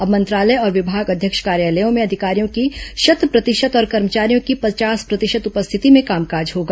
अब मंत्रालय और विभागाध्यक्ष कार्यालयों में अधिकारियों की शत प्रतिशत और कर्मचारियों की पचास प्रतिशत उपस्थिति में कामकाज होगा